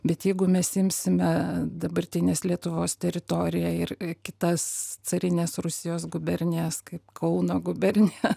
bet jeigu mes imsime dabartinės lietuvos teritoriją ir kitas carinės rusijos gubernijas kaip kauno gubernija